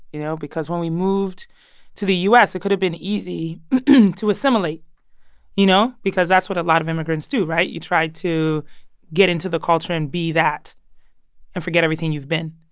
you know? because when we moved to the u s, it could've been easy to assimilate you know? because that's what a lot of immigrants do, right? you try to get into the culture and be that and forget everything you've been.